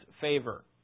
favor